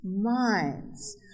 minds